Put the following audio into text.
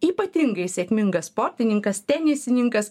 ypatingai sėkmingas sportininkas tenisininkas